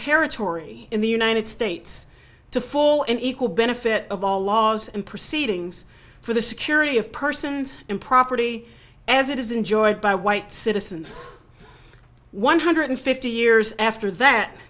territory in the united states to full and equal benefit of all laws and proceedings for the security of persons and property as it is enjoyed by white citizens one hundred fifty years after that